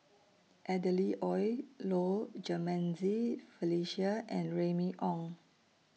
Adeline Ooi Low Jimenez Felicia and Remy Ong